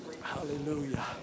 Hallelujah